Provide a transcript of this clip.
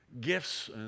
gifts